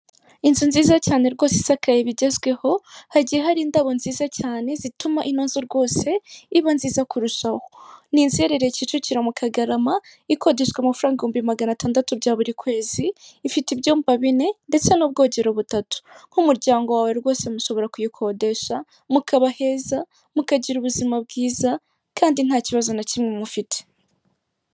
Inzu nziza cyane rwose isakaye bigezweho hagiye hari indabo nziza cyane zituma ino nzu rwose iba nziza kurushaho n'inzu iherereye kicukiro mu kagarama ikodeshwa amafaranga ibihumbi magana atandatu bya buri kwezi ifite ibyumba bine ndetse n'ubwogero butatu nk'umuryango wawe rwose mushobora kuyikodesha mukaba heza mukagira ubuzima bwiza kandi nta kibazo na kimwe mufite.